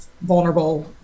vulnerable